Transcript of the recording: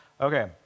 Okay